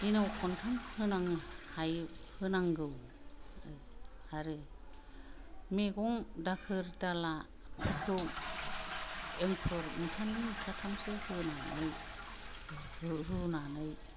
दिनाव खन्थाम होनाङो हायो होनांगौ आह आरो मैगं दाखोर दालाफोरखौ एंखुर मुथानै मुथा थामसो होनानै रु रुनानै